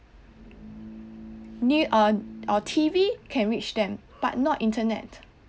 new~ err err T_V can reach them but not internet